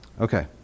Okay